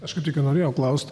aš kaip tik norėjau klausti